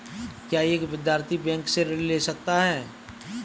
क्या एक विद्यार्थी बैंक से ऋण ले सकता है?